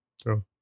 true